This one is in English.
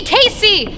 Casey